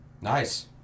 nice